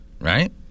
right